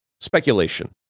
Speculation